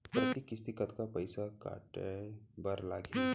प्रति किस्ती कतका पइसा पटाये बर लागही?